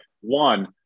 one